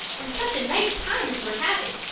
and such a nice time as we're having!